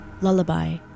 Lullaby